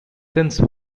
since